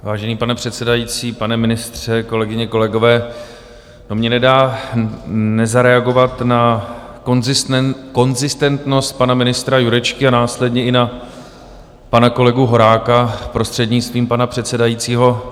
Vážený pane předsedající, pane ministře, kolegyně, kolegové, mně to nedá nezareagovat na konzistentnost pana ministra Jurečky a následně i na pana kolegu Horáka, prostřednictvím pana předsedajícího.